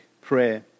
prayer